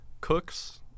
cooks